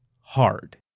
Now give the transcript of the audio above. Hard